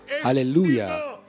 Hallelujah